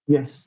Yes